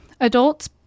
adults